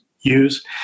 use